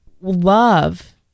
love